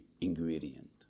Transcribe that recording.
ingredient